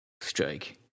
strike